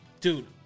Dude